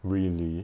really